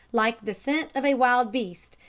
like the scent of a wild beast,